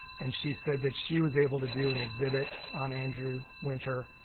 and she said that she was able to do an exhibit on andrew winter,